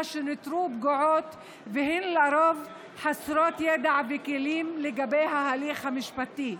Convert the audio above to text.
שנותרו פגועות והן לרוב חסרות ידע וכלים לגבי ההליך המשפטי.